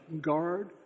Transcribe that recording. Guard